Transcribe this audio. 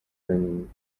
came